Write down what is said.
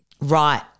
Right